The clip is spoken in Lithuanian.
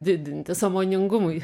didinti sąmoningumui